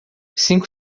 cinco